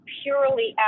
purely